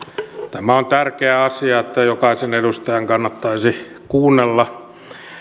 tämä on tärkeä asia jokaisen edustajan kannattaisi kuunnella